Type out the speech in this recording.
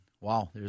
wow